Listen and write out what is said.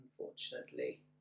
Unfortunately